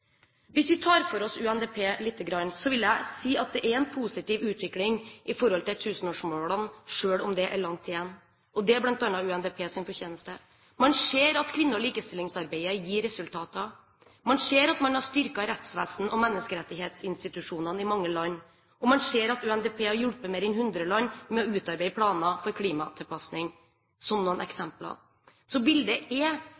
Hvis vi tar for oss UNDP, vil jeg si at det er en positiv utvikling i forhold til tusenårsmålene, selv om det er langt igjen. Det er bl.a. UNDPs fortjeneste. Man ser at kvinne- og likestillingsarbeidet gir resultater, man ser at man har styrket rettsvesenet og menneskerettighetsinstitusjonene i mange land, og man ser at UNDP har hjulpet mer enn hundre land med å utarbeide planer for klimatilpasning – som noen eksempler. Så bildet er